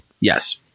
Yes